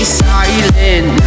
silent